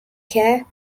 care